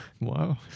Wow